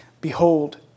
Behold